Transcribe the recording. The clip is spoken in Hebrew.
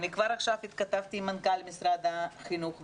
אני כבר עכשיו התכתבתי עם מנכ"ל משרד החינוך,